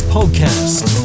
Podcast